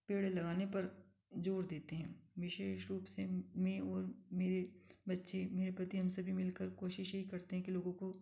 पेड़ लगाने पर जोर देते हैं विषेश रूप से मैं और मेरे बच्चें मेरे पति हम सभी मिलकर कोशिश यही करते हैं कि लोगों को